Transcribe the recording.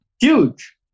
Huge